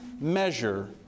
measure